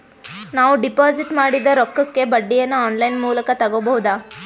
ನಾವು ಡಿಪಾಜಿಟ್ ಮಾಡಿದ ರೊಕ್ಕಕ್ಕೆ ಬಡ್ಡಿಯನ್ನ ಆನ್ ಲೈನ್ ಮೂಲಕ ತಗಬಹುದಾ?